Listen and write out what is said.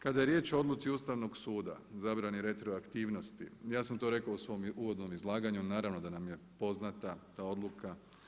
Kada je riječ o odluci Ustavnog suda, zabrani retroaktivnosti, ja sam to rekao u svom uvodnom izlaganju, naravno da nam je poznata ta odluka.